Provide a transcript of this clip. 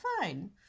fine